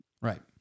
Right